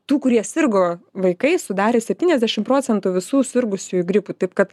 tų kurie sirgo vaikai sudarė septyniasdešim procentų visų sirgusiųjų gripu taip kad